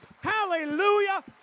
Hallelujah